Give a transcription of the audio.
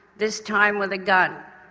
this time with a gun.